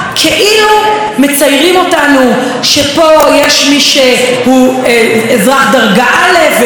מציירים אותנו שפה יש מי שהוא אזרח דרגה א' ואזרח דרגה ב'.